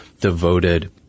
devoted